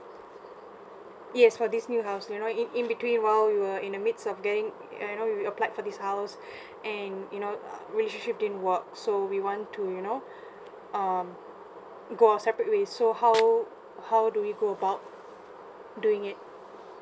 yes for this new house you know in in between while we were in the midst of getting uh you know you applied for this house and you know uh relationship didn't work so we want to you know um go our separate ways so how how do we go about doing it